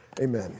amen